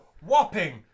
whopping